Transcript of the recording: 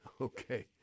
Okay